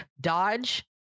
dodge